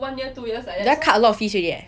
that [one] cut a lot of fees already eh